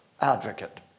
advocate